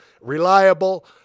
reliable